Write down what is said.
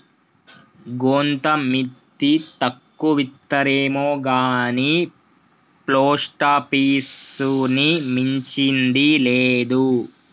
గోంత మిత్తి తక్కువిత్తరేమొగాని పోస్టాపీసుని మించింది లేదు